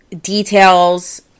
details